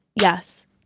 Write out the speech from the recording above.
Yes